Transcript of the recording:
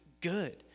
good